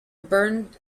bernd